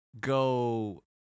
go